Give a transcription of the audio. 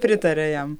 pritaria jam